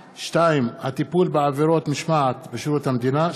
2. הטיפול בעבירות משמעת בשירות המדינה,